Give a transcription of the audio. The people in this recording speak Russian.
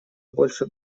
больше